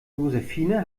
josephine